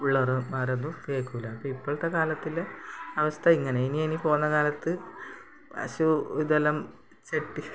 പിള്ളോരുമാരൊന്നും കേൾക്കൂല്ല അപ്പം ഇപ്പോഴത്തെ കാലത്തിലെ അവസ്ഥ ഇങ്ങനെ ഇനി ഇനി പോണ കാലത്ത് പശു ഇതെല്ലം ചട്ടി